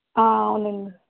అవునండి